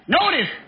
Notice